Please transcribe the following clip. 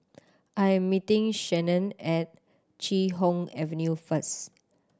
I am meeting Shannon at Chee Hoon Avenue first